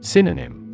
Synonym